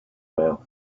mouth